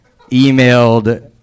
emailed